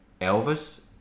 Elvis